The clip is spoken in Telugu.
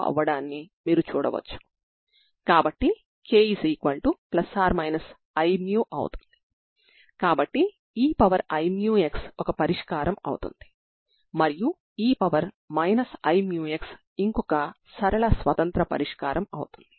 ఇది నాకు μ ≠ 0 మరియు μ0ని ఇస్తుంది కాబట్టి c1c2 అవుతుంది